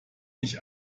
ich